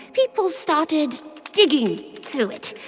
people started digging through it.